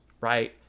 Right